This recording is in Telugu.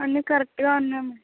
అన్నీ కరెక్ట్గా ఉన్నాయి మేడం